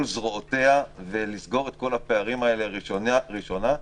זרועותיה ולסגור את כל הפערים האלה ראשונה.